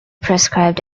prescribed